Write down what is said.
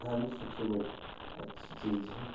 धर्म सबसे बड़ी अच्छी चीज है